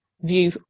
view